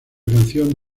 canción